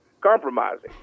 compromising